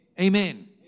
Amen